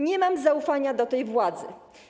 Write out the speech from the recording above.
Nie mam zaufania do tej władzy.